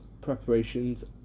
preparations